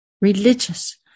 religious